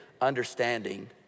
understanding